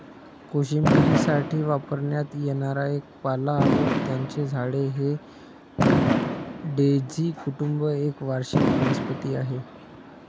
कोशिंबिरीसाठी वापरण्यात येणारा एक पाला व त्याचे झाड हे डेझी कुटुंब एक वार्षिक वनस्पती आहे